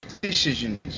decisions